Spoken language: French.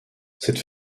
cette